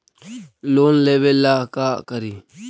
Loan लेबे ला का करि?